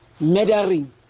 murdering